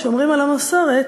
השומרים על המסורת,